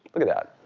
look at that.